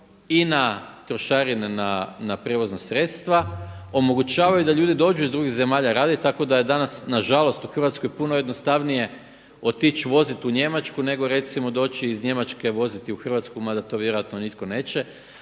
i na trošarine na prijevozna sredstva, omogućavaju da ljudi dođu iz drugih zemalja raditi, tako da je danas nažalost u Hrvatsko puno jednostavnije otić voziti u Njemačku nego recimo doći iz Njemačke, a voziti u Hrvatsku mada to vjerojatno nitko neće,